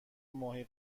ماهی